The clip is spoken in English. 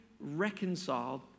reconciled